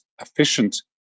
efficient